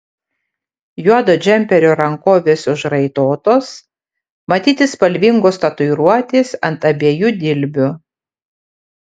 juodo džemperio rankovės užraitotos matyti spalvingos tatuiruotės ant abiejų dilbių